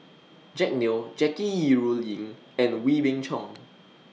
Jack Neo Jackie Yi Ru Ying and Wee Beng Chong